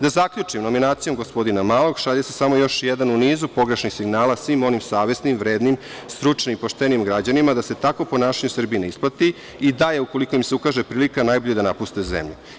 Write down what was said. Da zaključim, nominacijom gospodina Malog šalje se samo još jedan u nizu pogrešnih signala svim onim savesnim, vrednim, stručnim i poštenim građanima da se takvo ponašanje u Srbiji ne isplati i da je, ukoliko im se ukaže prilika, najbolje da napuste zemlju.